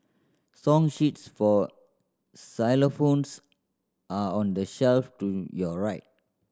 song sheets for xylophones are on the shelf to your right